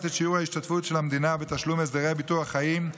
את שיעור ההשתתפות של המדינה בתשלום הסדרי ביטוח חיים,